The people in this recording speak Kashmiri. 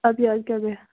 ادٕ کیاہ ادٕ کیاہ بیٚہہ